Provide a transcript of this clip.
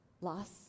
loss